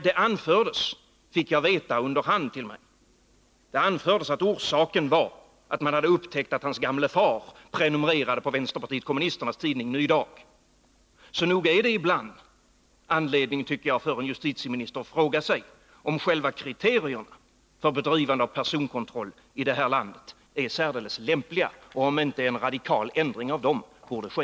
Jag fick under hand veta att orsaken angavs vara att man hade upptäckt att hans gamle far prenumererade på vänsterpartiet kommunisternas tidning Ny Dag. Så nog finns det ibland, tycker jag, anledning för en justitieminister att fråga sig om själva kriterierna för bedrivande av personkontroll i det här landet är särdeles lämpliga och om inte en radikal ändring av dessa borde ske.